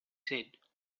said